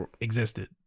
existed